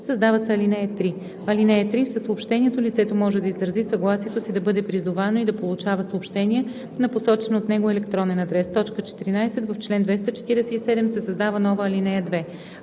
създава се ал. 3: „(3) Със съобщението лицето може да изрази съгласието си да бъде призовавано и да получава съобщения на посочен от него електронен адрес.“ 14. В чл. 247 се създава нова ал. 2: